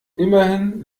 immerhin